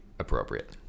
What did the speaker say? appropriate